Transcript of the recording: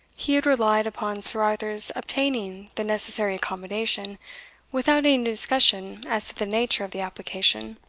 he had relied upon sir arthur's obtaining the necessary accommodation without any discussion as to the nature of the application,